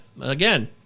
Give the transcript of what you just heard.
again